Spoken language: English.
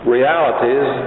realities